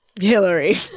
Hillary